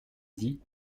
dit